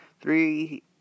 Three